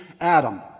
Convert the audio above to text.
Adam